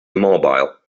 immobile